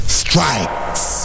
strikes